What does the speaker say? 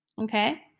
okay